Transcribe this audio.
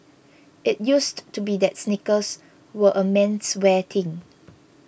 it used to be that sneakers were a menswear thing